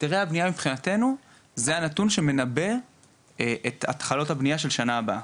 היתרי הבניה מבחינתנו זה הנתון שמנבא את התחלות הבניה של שנה הבאה,